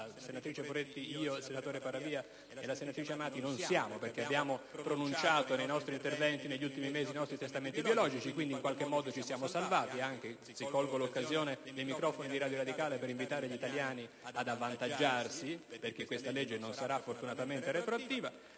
alla senatrice Poretti, a me, al senatore Paravia e alla senatrice Amati perché abbiamo pronunciato nei nostri interventi, negli ultimi mesi, i nostri testamenti biologici e quindi ci siamo salvati (colgo anzi l'occasione dei microfoni di Radio radicale per invitare gli italiani ad avvantaggiarsi, perché questa legge non sarà fortunatamente retroattiva),